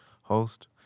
host